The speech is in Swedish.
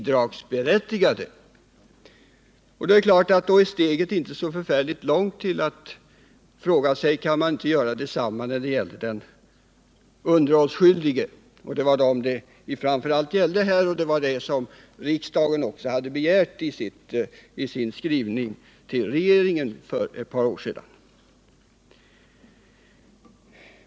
Då är givetvis steget inte så förfärligt långt till att fråga: Kan man inte göra detsamma när det gäller den underhållsskyldige? Det var den underhållsskyldiges situation det framför allt gällde och det var också detta som riksdagen begärde i sin skrivelse till regeringen för ett par år sedan.